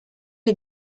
les